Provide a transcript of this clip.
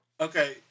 Okay